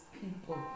people